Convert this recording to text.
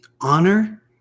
honor